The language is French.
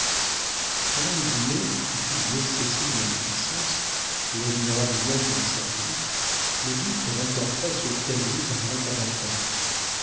pendant le dîner qui fut d'une excessive magnificence et admirablement bien servi le duc remporta sur canalis un grand avantage